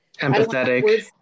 empathetic